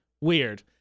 weird